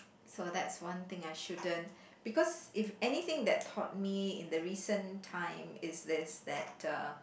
so that's one thing I shouldn't because if anything that taught me in the reason time is this that a